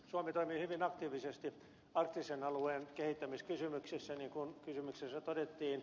suomi toimii hyvin aktiivisesti arktisen alueen kehittämiskysymyksissä niin kuin kysymyksessä todettiin